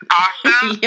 awesome